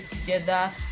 together